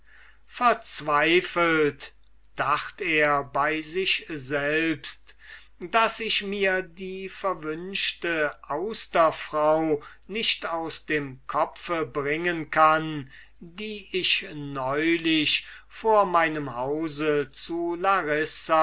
verzweifelt dacht er bei sich selbst daß ich mir die verwünschte austerfrau nicht aus dem kopfe bringen kann die ich neulich vor meinem hause zu larissa